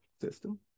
system